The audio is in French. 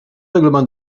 règlement